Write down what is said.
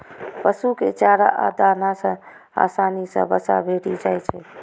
पशु कें चारा आ दाना सं आसानी सं वसा भेटि जाइ छै